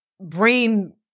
brain